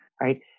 right